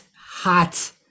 hot